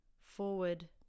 forward